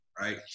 right